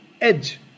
edge